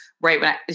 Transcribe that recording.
Right